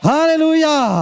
Hallelujah